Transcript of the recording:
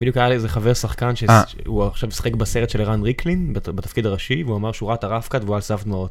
בדיוק היה לי איזה חבר שחקן שהוא עכשיו משחק בסרט של עירן ריקלין בתפקיד הראשי והוא אמר שהוא ראה את rough cut והוא על סף דמעות.